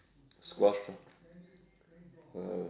squash ah !wow!